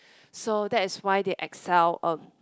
so that's why they Excel um